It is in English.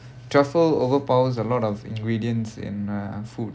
ya um truffle overpowers a lot of ingredients in uh food